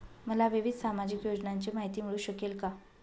मला विविध सामाजिक योजनांची माहिती मिळू शकेल का?